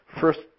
First